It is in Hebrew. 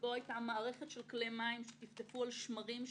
שבו היתה מערכת של כלי מים שתקתקו על שמרים שבעבעו,